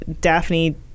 Daphne